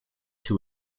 two